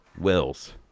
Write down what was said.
Wills